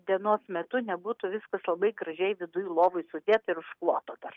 dienos metu nebūtų viskas labai gražiai viduj lovoj sudėta ir užklota dar